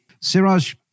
Siraj